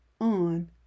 on